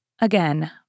Again